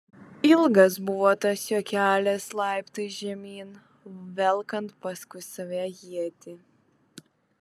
ilgas buvo tas jo kelias laiptais žemyn velkant paskui save ietį